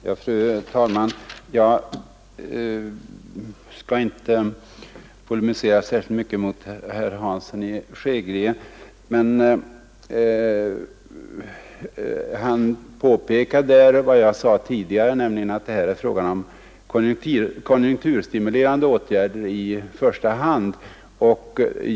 Fru talman! Jag skall inte polemisera särskilt mycket mot herr Hansson i Skegrie, men han påpekade vad jag sade tidigare, nämligen att det i första hand här är fråga om konjunkturstimulerande åtgärder.